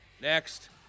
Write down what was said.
Next